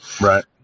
Right